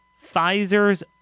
Pfizer's